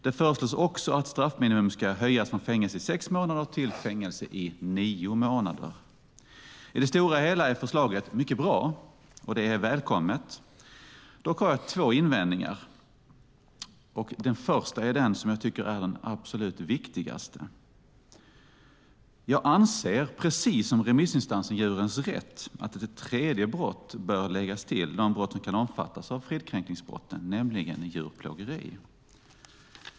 Det föreslås också att straffminimum ska höjas från sex månader i fängelse till fängelse i nio månader. I det stora hela är förslaget mycket bra, och det är välkommet. Dock har jag två invändningar. Den första är den absolut viktigaste. Jag anser, precis som remissinstansen Djurens Rätt, att ett tredje brott bör läggas till de brott som kan omfattas av fridskränkningsbrotten, nämligen djurplågeri.